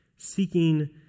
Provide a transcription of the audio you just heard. Seeking